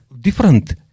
different